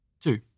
Two